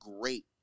Great